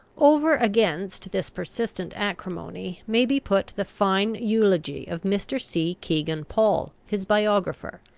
over against this persistent acrimony may be put the fine eulogy of mr. c. kegan paul, his biographer,